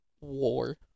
war